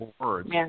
words